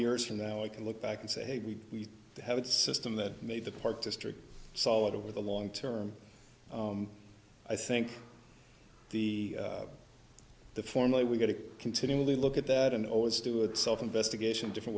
years from now i can look back and say hey we have a system that made the park district solid over the long term i think the the formerly we got to continually look at that and always do it self investigation different